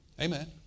Amen